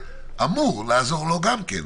אמור לעזור לו גם כן.